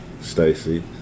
Stacy